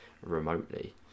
remotely